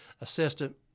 assistant